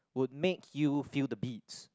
would make you feel the beats